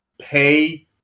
pay